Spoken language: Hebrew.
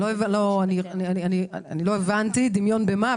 אני לא הבנתי דמיון בין מה למה,